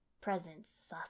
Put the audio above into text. Presents